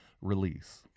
release